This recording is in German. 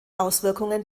auswirkungen